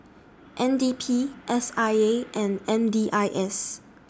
N D P S I A and M D I S